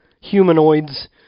humanoids